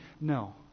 No